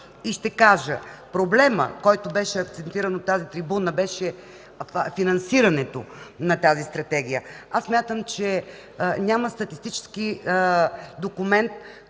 и ще кажа, че проблемът, на който беше акцентирано от тази трибуна, беше финансирането на Стратегията. Смятам, че няма статистически документ,